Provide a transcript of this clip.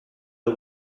the